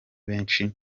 benshi